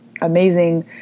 amazing